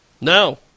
No